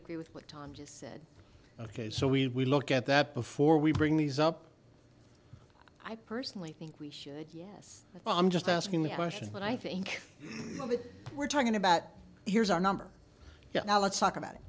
agree with what tom just said ok so we look at that before we bring these up i personally think we should yes if i'm just asking the question but i think we're talking about here's our number now let's talk about i